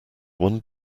one